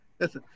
Yes